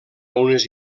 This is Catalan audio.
unes